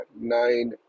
Nine